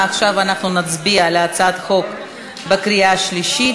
אנחנו נצביע על הצעת החוק בקריאה שלישית.